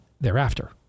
thereafter